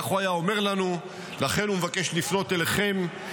כך הוא היה אומר לנו ולכן הוא מבקש לפנות אליכם,